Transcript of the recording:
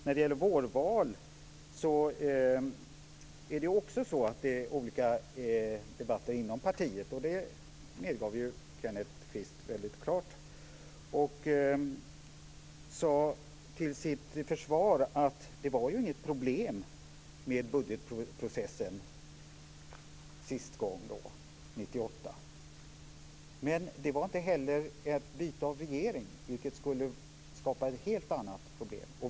När det gäller vårval finns det också olika debatter inom partiet. Det medgav Kenneth Kvist väldigt klart. Till sitt försvar sade han att det inte var något problem med budgetprocessen nu senast 1998. Men det var inte heller något byte av regering. Det skulle skapa ett helt annat problem.